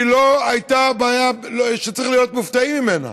והיא לא בעיה שצריכים להיות מופתעים ממנה.